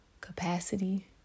capacity